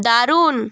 দারুণ